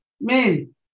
Men